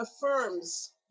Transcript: affirms